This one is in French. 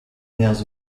nerfs